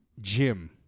gym